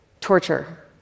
Torture